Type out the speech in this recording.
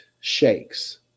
shakes